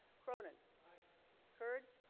cronin kurd